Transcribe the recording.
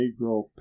negro